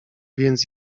więc